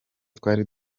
twari